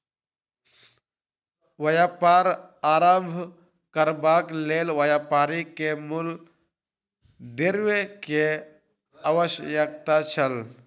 व्यापार आरम्भ करबाक लेल व्यापारी के मूल द्रव्य के आवश्यकता छल